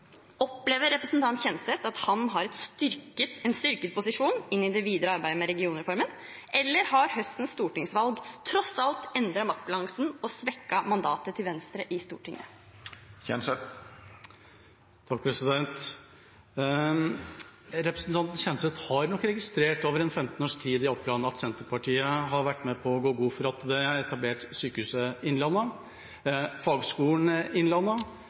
Opplever representanten Kjenseth at han har en styrket posisjon inn i det videre arbeidet med regionreformen, eller har høstens stortingsvalg tross alt endret maktbalansen og svekket mandatet til Venstre i Stortinget? Representanten Kjenseth har registrert over en 15 års tid i Oppland at Senterpartiet har vært med på å gå god for at Sykehuset Innlandet og Fagskolen